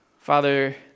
Father